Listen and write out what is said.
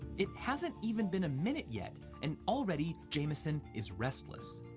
it hasn't even been a minute yet, and already jamison is restless.